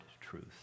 truth